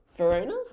verona